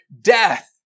Death